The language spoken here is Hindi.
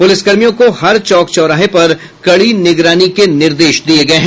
पुलिस कर्मियों को हर चौक चौराहे पर कड़ी निगरानी के निर्देश दिये गये हैं